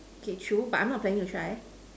okay true but I am not planning to try